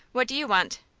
what do you want?